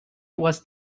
was